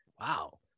wow